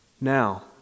Now